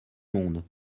monde